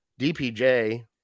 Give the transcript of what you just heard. DPJ